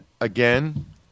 again